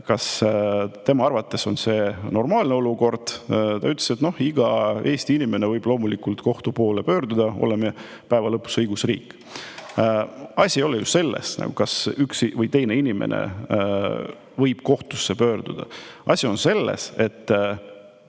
kas tema arvates on see normaalne olukord. Ta ütles, et iga Eesti inimene võib loomulikult kohtu poole pöörduda, oleme päeva lõpuks õigusriik. Aga asi ei ole ju selles, kas üks või teine inimene võib kohtusse pöörduda. Asi on selles, et